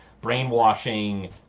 brainwashing